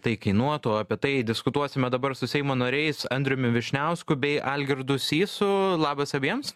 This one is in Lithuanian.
tai kainuotų apie tai diskutuosime dabar su seimo nariais andriumi vyšniausku bei algirdu sysu labas abiems